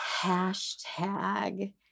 hashtag